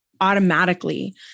automatically